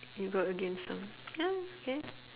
you go against some ya ya